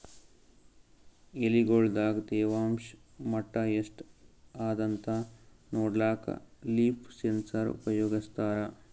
ಎಲಿಗೊಳ್ ದಾಗ ತೇವಾಂಷ್ ಮಟ್ಟಾ ಎಷ್ಟ್ ಅದಾಂತ ನೋಡ್ಲಕ್ಕ ಲೀಫ್ ಸೆನ್ಸರ್ ಉಪಯೋಗಸ್ತಾರ